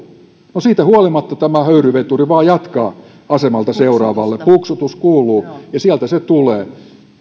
no siitä huolimatta tämä höyryveturi vain jatkaa asemalta seuraavalle puksutus kuuluu ja sieltä se tulee